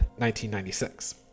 1996